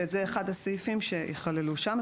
זה אחד הסעיפים שייכללו שם.